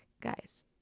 guys –